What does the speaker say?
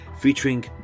featuring